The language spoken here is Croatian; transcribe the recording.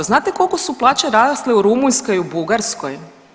Znate koliko su plaće rasle u Rumunjskoj i u Bugarskoj?